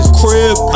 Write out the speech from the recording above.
crib